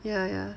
ya ya